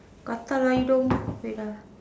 gatal ah hidung wait ah